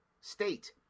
state